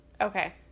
Okay